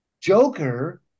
Joker